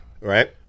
Right